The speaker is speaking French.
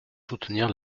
soutenir